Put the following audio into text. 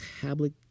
tablet